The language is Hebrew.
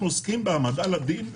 אנחנו עוסקים בהעמדה לדין,